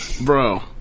Bro